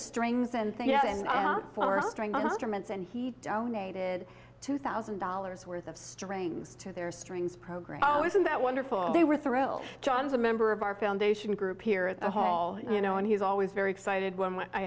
instrument and he donated two thousand dollars worth of strains to their strings program oh isn't that wonderful they were thrilled john's a member of our foundation group here at the hall you know and he's always very excited when i